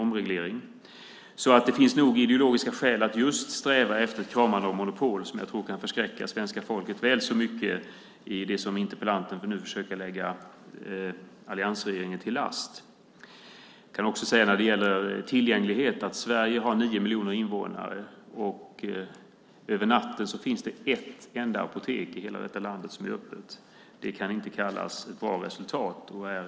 Därför finns det nog ideologiska skäl att just sträva efter ett kramande av monopol som jag tror kan förskräcka svenska folket väl så mycket när det gäller det som interpellanten nu försöker lägga alliansregeringen till last. När det gäller tillgänglighet kan jag säga att Sverige har nio miljoner invånare, och på natten finns det ett enda apotek i hela detta land som är öppet. Det kan inte kallas för ett bra resultat.